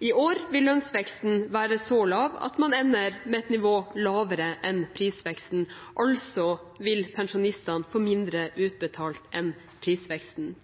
I år vil lønnsveksten være så lav at man ender med et nivå lavere enn prisveksten, altså vil pensjonistene få mindre utbetalt enn prisveksten.